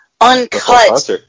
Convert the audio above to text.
uncut